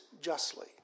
justly